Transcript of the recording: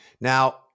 Now